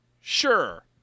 Sure